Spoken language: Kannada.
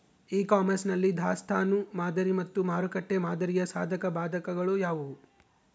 ಇ ಕಾಮರ್ಸ್ ನಲ್ಲಿ ದಾಸ್ತನು ಮಾದರಿ ಮತ್ತು ಮಾರುಕಟ್ಟೆ ಮಾದರಿಯ ಸಾಧಕಬಾಧಕಗಳು ಯಾವುವು?